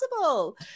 possible